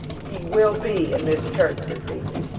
he will be in this church this evening.